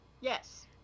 Yes